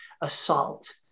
assault